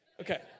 okay